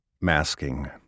masking